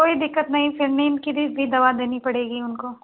कोई दिक्कत नहीं फिर नीन्द की भी दवा देनी पड़ेगी उनको